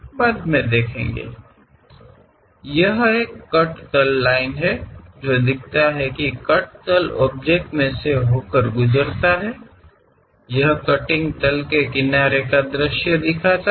ಕತ್ತರಿಸಿದ ಸಮತಲ ರೇಖೆಯು ಕತ್ತರಿಸಿದ ಸಮತಲವು ವಸ್ತುವಿನ ಮೂಲಕ ಎಲ್ಲಿ ಹಾದುಹೋಗುತ್ತದೆ ಎಂಬುದನ್ನು ತೋರಿಸುತ್ತದೆ ಇದು ಕತ್ತರಿಸುವ ಸಮತಲದ ಅಂಚಿನ ನೋಟವನ್ನು ಪ್ರತಿನಿಧಿಸುತ್ತದೆ ಮತ್ತು ವಿಭಾಗೀಯ ವೀಕ್ಷಣೆಯ ಪಕ್ಕದಲ್ಲಿರುವ ವೀಕ್ಷಣೆಯಲ್ಲಿ ಎಳೆಯಲಾಗುತ್ತದೆ